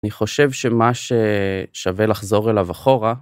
אני חושב שמה ששווה לחזור אליו אחורה...